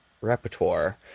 repertoire